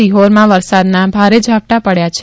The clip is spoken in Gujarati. સિહોરમાં વરસાદના ભારે ઝાપટા પડ્યા છે